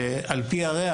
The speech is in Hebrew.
שנמצאו על פי הריח.